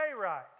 right